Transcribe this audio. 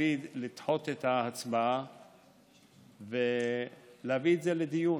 לדחות את ההצבעה ולהביא את זה לדיון.